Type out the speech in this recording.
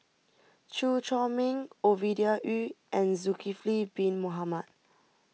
Chew Chor Meng Ovidia Yu and Zulkifli Bin Mohamed